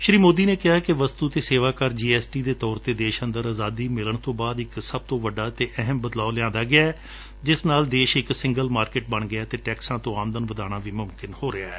ਸ਼ੀ ਮੋਦੀ ਨੇ ਕਿਹਾ ਕਿ ਵਸੜੁ ਅਤੇ ਸੇਵਾ ਕਰ ਜੀ ਐਸ ਟੀ ਦੇ ਤੌਰ ਤੇ ਦੇਸ਼ ਅੰਦਰ ਅਜ਼ਾਦੀ ਮਿਲਣ ਤੋਂ ਬਾਅਦ ਵਿਚ ਸਭ ਤੋਂ ਵੱਡਾ ਅਤੇ ਅਹਿਮ ਬਦਲਾਉ ਲਿਆਉਂਦਾ ਗਿਐ ਜਿਸ ਨਾਲ ਦੇਸ਼ ਇਕ ਸਿੰਗਲ ਮਾਰਕਿਟ ਬਣ ਗਿਐ ਅਤੇ ਟੈਕਸਾਂ ਤੋਂ ਆਮਦਨ ਵਧਾਉਣਾ ਵੀ ਮੁਮਕਿਨ ਹੋ ਰਿਹੈ